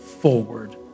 forward